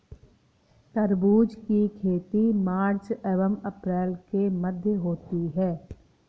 तरबूज की खेती मार्च एंव अप्रैल के मध्य होती है